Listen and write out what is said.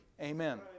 Amen